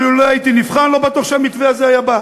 לולא הייתי נבחר, אני לא בטוח שהמתווה הזה היה בא,